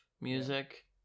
music